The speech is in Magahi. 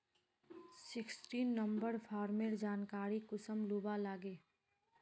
सिक्सटीन नंबर फार्मेर जानकारी कुंसम लुबा लागे?